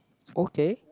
okay